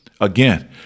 again